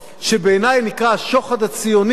שבעיני נקרא "השוחד הציוני"